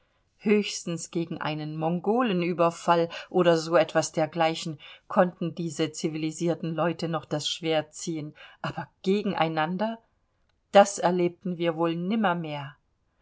höchstens gegen einen mongolenüberfall oder so etwas dergleichen konnten diese civilisierten leute noch das schwert ziehen aber gegeneinander das erlebten wir wohl